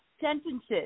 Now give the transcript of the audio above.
sentences